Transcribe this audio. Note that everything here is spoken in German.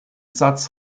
satz